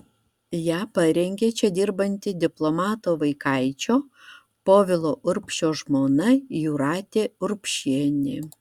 ją parengė čia dirbanti diplomato vaikaičio povilo urbšio žmona jūratė urbšienė